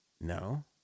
no